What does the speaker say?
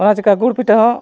ᱚᱱᱟ ᱪᱮᱠᱟ ᱜᱩᱲ ᱯᱤᱴᱷᱟᱹ ᱦᱚᱸ